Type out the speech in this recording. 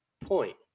point